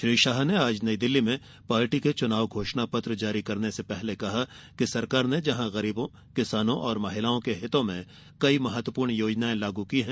श्री शाह ने आज नईदिल्ली में पार्टी के चुनाव घोषणा पत्र जारी करने से पहले कहा कि सरकार ने जहां गरीबों किसानों और महिलाओं के हितों में कई महत्वपूर्ण योजनाएं लाग की है